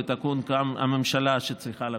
ותקום כאן הממשלה שצריכה לקום.